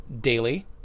daily